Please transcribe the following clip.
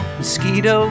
mosquito